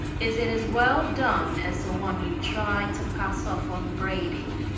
is it as well done as the one you tried to pass off on brady?